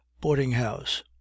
boarding-house